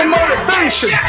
motivation